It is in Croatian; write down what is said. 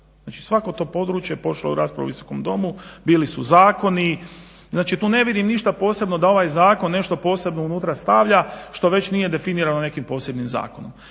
znači svako to područje je prošao raspravu u Visokom domu, bili su zakoni, znači tu ne vidim ništa posebno da ovaj zakon nešto posebno unutra stavlja, što već nije definirano nekim posebnim zakonom.